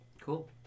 Cool